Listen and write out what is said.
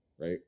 Right